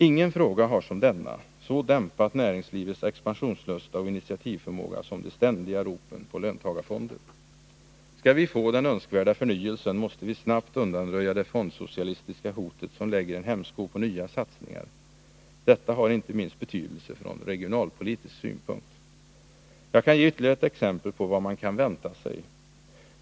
Ingen fråga har så dämpat näringslivets expansionslusta och initiativförmåga som de ständiga ropen på löntagarfonder. Skall vi få den önskvärda förnyelsen måste vi snabbt undanröja det fondsocialistiska hotet, som lägger en hämsko på nya satsningar. Detta har inte minst betydelse från regionalpolitisk synpunkt. Jag kan ge ytterligare ett exempel på vad man kan vänta sig.